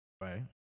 Right